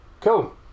cool